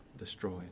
destroyed